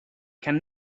can